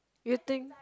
you think